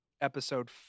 episode